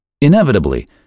Inevitably